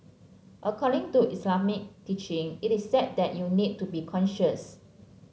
according to Islamic teaching it is said that you need to be conscious